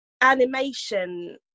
animation